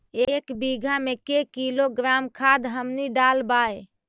एक बीघा मे के किलोग्राम खाद हमनि डालबाय?